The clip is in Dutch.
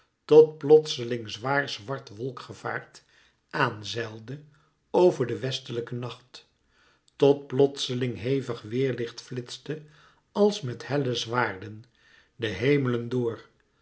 tot plotseling zwaar zwart wolkgevaart aan zeilde over de westelijke nacht tot plotseling hevig weêrlicht flitste als met helle zwaarden de hemelen door